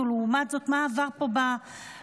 ולעומת זאת מה עבר פה בכנסת,